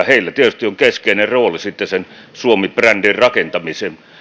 heillä tietysti on sitten keskeinen rooli sen suomi brändin rakentamisessa